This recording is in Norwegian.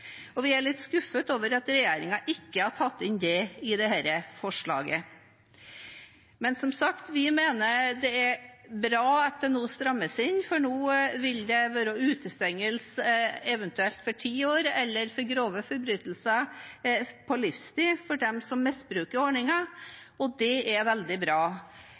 Vi er litt skuffet over at regjeringen ikke har tatt det inn i dette forslaget. Som sagt – vi mener det er bra at det nå strammes inn. Nå vil det være utestengelse i ti år, for grove forbrytelser på livstid, for dem som misbruker ordningen, og det er veldig bra.